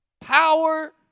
power